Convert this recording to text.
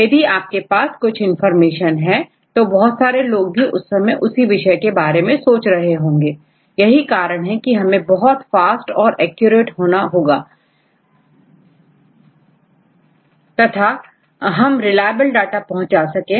यदि आपके पास कुछ इंफॉर्मेशन है तो बहुत सारे लोग भी इसी विषय में सोच रहे होंगे यही कारण है कि हमें हमें बहुत फास्ट और एक्यूरेट होना होगा तथा हम रिलायबल डाटा पहुंचा सकें